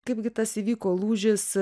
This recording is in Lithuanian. kaipgi tas įvyko lūžis